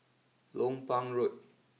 Lompang Road